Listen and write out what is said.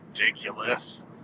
ridiculous